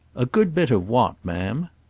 a good bit of what, ma'am?